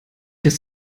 dass